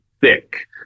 thick